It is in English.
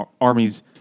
armies